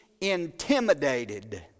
intimidated